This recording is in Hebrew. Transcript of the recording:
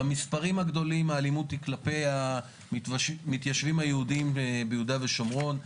במספרים הגדולים האלימות היא כלפי המתיישבים היהודים ביהודה ושומרון.